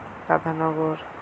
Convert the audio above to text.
tata Nagar